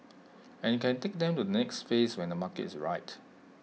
and you can take them to the next phase when the market is right